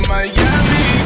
Miami